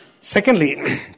Secondly